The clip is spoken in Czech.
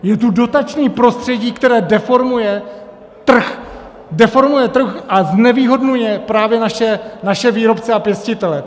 Je tu dotační prostředí, které deformuje trh deformuje trh a znevýhodňuje právě naše výrobce a pěstitele.